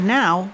now